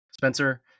Spencer